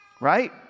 right